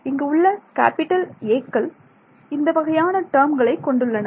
இங்கு உள்ள capital A க்கள் இந்த வகையான டேர்ம்களை கொண்டுள்ளன